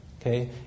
okay